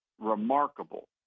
remarkable